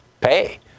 pay